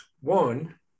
One